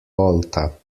volta